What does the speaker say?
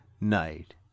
night